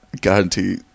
guarantee